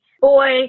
boy